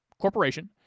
corporation